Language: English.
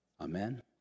Amen